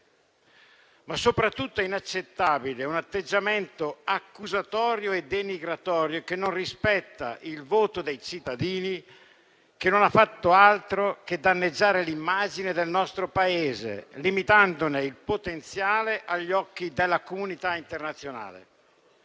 soprattutto inaccettabile un atteggiamento accusatorio e denigratorio, che non rispetta il voto dei cittadini e che non ha fatto altro che danneggiare l'immagine del nostro Paese, limitandone il potenziale agli occhi della comunità internazionale.